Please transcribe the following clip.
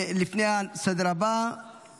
לפני הנושא הבא על סדר-היום,